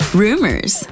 rumors